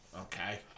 okay